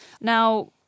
Now